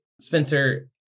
Spencer